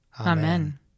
Amen